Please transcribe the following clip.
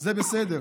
זה בסדר,